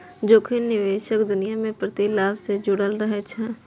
जोखिम निवेशक दुनिया मे प्रतिलाभ सं जुड़ल रहै छै